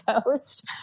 post